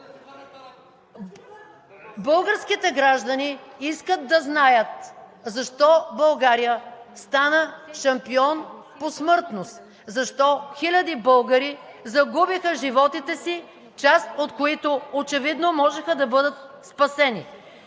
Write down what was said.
Българските граждани искат да знаят защо България стана шампион по смъртност? Защо хиляди българи загубиха животите си, част от които очевидно можеха да бъдат спасени?